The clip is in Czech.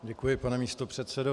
Děkuji, pane místopředsedo.